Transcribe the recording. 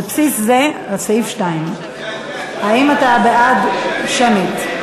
על סעיף 2. האם אתה בעד שמית?